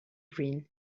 green